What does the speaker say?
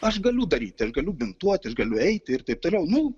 aš galiu daryti aš galiu bintuoti aš galiu eiti ir taip toliau nu